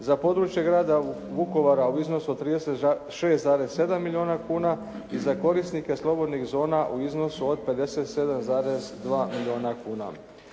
za područje grada Vukovara u iznosu od 36,7 milijuna kuna i za korisnike slobodnih zona u iznosu od 57,2 milijuna kuna.